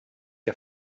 der